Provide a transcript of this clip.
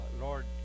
Lord